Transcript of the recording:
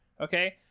okay